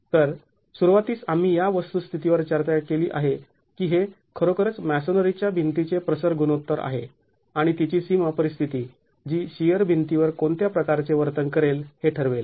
तर सुरुवातीस आम्ही या वस्तुस्थितीवर चर्चा केली आहे की हे खरोखरच मॅसोनरीच्या भिंतीचे प्रसर गुणोत्तर आहे आणि तिची सीमा परिस्थिती जी शिअर भिंतीवर कोणत्या प्रकारचे वर्तन करेल हे ठरवेल